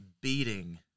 beating